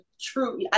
true